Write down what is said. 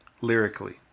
Lyrically